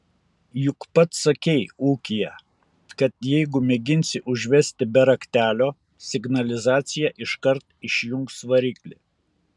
juk pats sakei ūkyje kad jeigu mėginsi užvesti be raktelio signalizacija iškart išjungs variklį